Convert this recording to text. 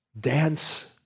Dance